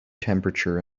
temperature